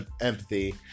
empathy